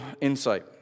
insight